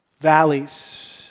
valleys